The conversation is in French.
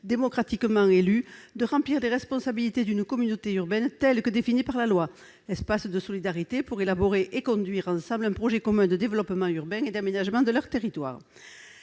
démocratiquement élu, de remplir les responsabilités d'une communauté urbaine, telles qu'elles sont définies par la loi : un « espace de solidarité, pour élaborer et conduire ensemble un projet commun de développement urbain et d'aménagement de leur territoire.